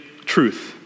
truth